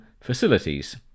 facilities